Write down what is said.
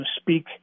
speak